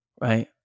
right